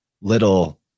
little